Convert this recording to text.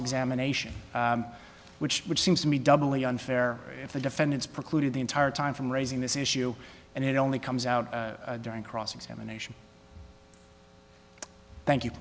examination which which seems to me doubly unfair if the defendants precluded the entire time from raising this issue and it only comes out during cross examination thank you